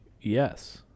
yes